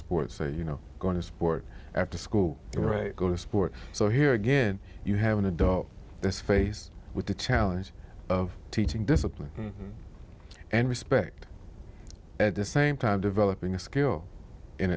sport say you know going to sport after school you're a good sport so here again you have an adult this face with the challenge of teaching discipline and respect at the same time developing a skill in